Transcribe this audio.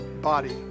body